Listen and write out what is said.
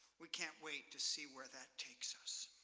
we can't wait to see where that takes us.